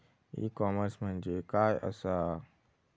E commerce म्हणजे काय असा?